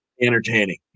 entertaining